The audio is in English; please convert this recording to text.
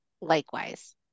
Likewise